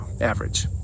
average